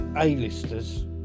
a-listers